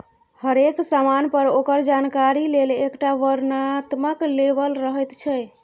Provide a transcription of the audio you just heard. हरेक समान पर ओकर जानकारी लेल एकटा वर्णनात्मक लेबल रहैत छै